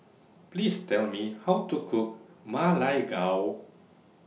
Please Tell Me How to Cook Ma Lai Gao